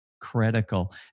critical